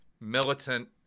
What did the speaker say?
militant